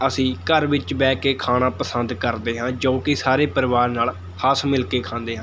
ਅਸੀਂ ਘਰ ਵਿੱਚ ਬਹਿ ਕੇ ਖਾਣਾ ਪਸੰਦ ਕਰਦੇ ਹਾਂ ਜੋ ਕਿ ਸਾਰੇ ਪਰਿਵਾਰ ਨਾਲ ਹੱਸ ਮਿਲ ਕੇ ਖਾਂਦੇ ਹਾਂ